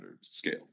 scale